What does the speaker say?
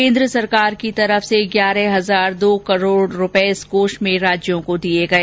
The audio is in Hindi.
केन्द्र सरकार की तरफ से ग्यारह हजार दो करोड़ इस कोष में राज्यों को दिए गए